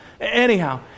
Anyhow